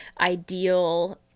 ideal